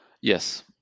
Yes